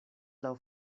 laŭ